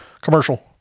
commercial